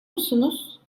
musunuz